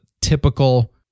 typical